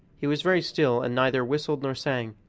he was very still, and neither whistled nor sang.